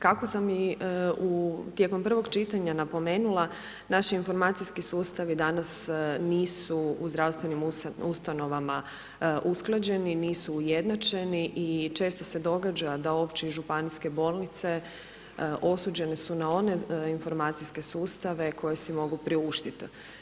Kako sam i tijekom prvog čitanja napomenula, naš informacijski sustav i danas nisu u zdravstvenim ustanovama usklađeni, nisu ujednačeni i često se događa da opće i županijske bolnice, osuđene su na one informacijske sustave koje si mogu priuštiti.